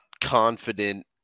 confident